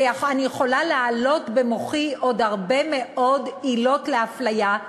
ואני יכולה להעלות במוחי עוד הרבה מאוד עילות להפליה,